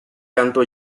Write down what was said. canto